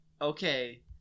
okay